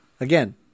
Again